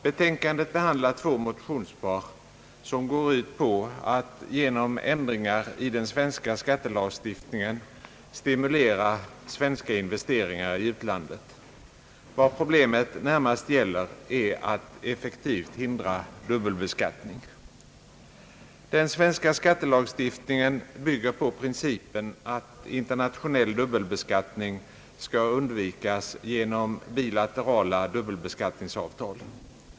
Betänkandet behandlar två motionspar, som går ut på att genom ändringar i den svenska skattelagstiftningen stimulera svenska investeringar i utlandet. Vad problemet närmast gäller är att effektivt hindra dubbelbeskattning. Den svenska skattelagstiftningen bygger på principen att internationell dubbelbeskattning skall undvikas genom bilaterala dubbelbeskattningsavtal.